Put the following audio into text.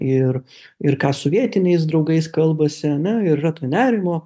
ir ir ką su vietiniais draugais kalbasi ane yra to nerimo